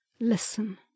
Listen